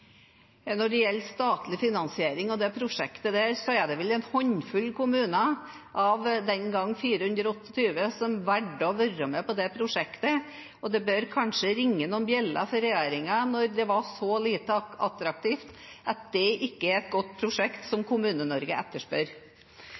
Når det gjelder statlig finansiering av det prosjektet, var det vel en håndfull kommuner av den gang 428 som valgte å være med på det prosjektet. Det bør kanskje ringe noen bjeller for regjeringen når det var så lite attraktivt at det ikke er et godt prosjekt som